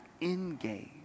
engage